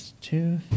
Two